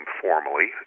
formally